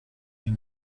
این